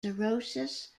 cirrhosis